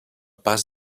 pas